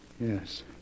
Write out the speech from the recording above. Yes